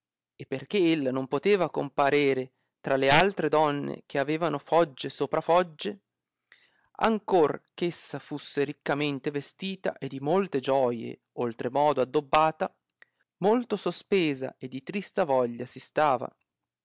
e perchè ella non poteva comparere tra le altre donne che avevano foggie sopra foggie ancor eh ella fusse riccamente vestita e di molte gioie oltre modo addobbata molto sospesa e di trista voglia si stava